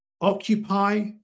occupy